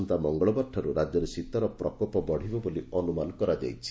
ଆସନ୍ତା ମଙ୍ଗଳବାରଠାରୁ ରାକ୍ୟରେ ଶୀତର ପ୍ରକୋପ ବଢ଼ିବ ବୋଲି ଅନ୍ତମାନ କରାଯାଇଛି